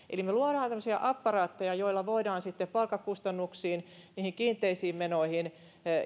eli me luomme tämmöisiä apparaatteja joilla voidaan sitten palkkakustannuksiin niihin kiinteisiin menoihin